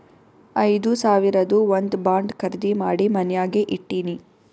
ಐದು ಸಾವಿರದು ಒಂದ್ ಬಾಂಡ್ ಖರ್ದಿ ಮಾಡಿ ಮನ್ಯಾಗೆ ಇಟ್ಟಿನಿ